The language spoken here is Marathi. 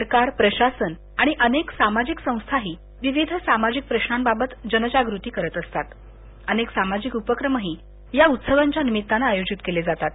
सरकार प्रशासन आणि अनेक सामाजिक संस्थाही विविध सामाजिक प्रशांबाबत जनजागृती करत असतात अनेक सामाजिक उपक्रमही या निमित्तानं आयोजित केले जातात